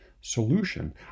solution